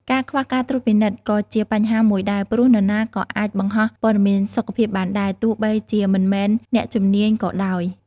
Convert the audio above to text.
ការខ្វះការត្រួតពិនិត្យក៏ជាបញ្ហាមួយដែរ ព្រោះនរណាក៏អាចបង្ហោះព័ត៌មានសុខភាពបានដែរ ទោះបីជាមិនមានជំនាញក៏ដោយ។